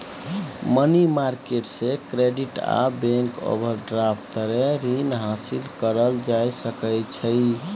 money market से credit आ bank overdraft तरे रीन हासिल करल जा सकइ छइ